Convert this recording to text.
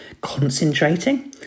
concentrating